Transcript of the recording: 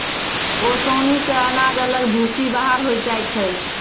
ओसानी से अनाज अलग भूसी बाहर होय जाय छै